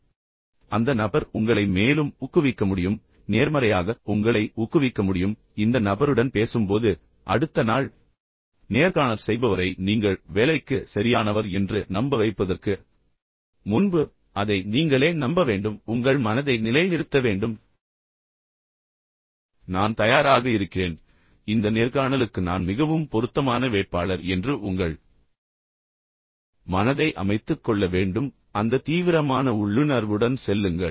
எனவே அந்த நபர் உங்களை மேலும் ஊக்குவிக்க முடியும் பின்னர் நேர்மறையாக உங்களை ஊக்குவிக்க முடியும் பின்னர் இந்த நபருடன் பேசும்போது அடுத்த நாள் நேர்காணல் செய்பவரை நீங்கள் வேலைக்கு சரியானவர் என்று நம்ப வைப்பதற்கு முன்பு அதை நீங்களே நம்ப வேண்டும் உங்கள் மனதை நிலைநிறுத்த வேண்டும் நான் தயாராக இருக்கிறேன் இந்த நேர்காணலுக்கு நான் மிகவும் பொருத்தமான வேட்பாளர் என்று உங்கள் மனதை அமைத்துக் கொள்ள வேண்டும் பின்னர் அந்த தீவிரமான உள்ளுணர்வுடன் செல்லுங்கள்